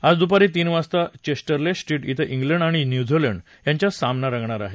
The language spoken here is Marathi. आज दुपारी तीन वाजता चेस्टर ले स्ट्रीट ा विं ग्लिंड आणि न्यूझीलंड यांच्यात सामना होणार आहे